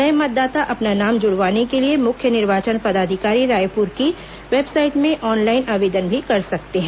नये मतदाता अपना नाम जुड़वाने के लिए मुख्य निर्वाचन पदाधिकारी रायपुर की वेबसाइट में ऑनलाइन आवेदन भी कर सकते हैं